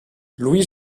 louis